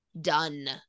done